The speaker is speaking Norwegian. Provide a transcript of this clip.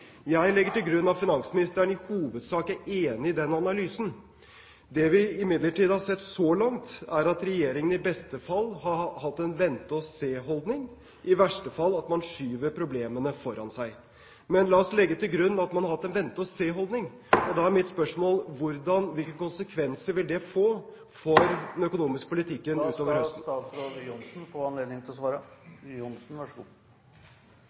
Jeg legger til grunn at finansministeren i hovedsak er enig i den analysen. Det vi imidlertid har sett så langt, er at regjeringen i beste fall har hatt en vente-og-se-holdning, i verste fall at man skyver problemene foran seg. Men la oss legge til grunn at man har hatt en vente-og-se-holdning. Da er mitt spørsmål: Hvilke konsekvenser vil det få for den økonomiske politikken utover høsten? Jeg deler fullt ut den inngangen til